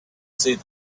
see